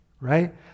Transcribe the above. right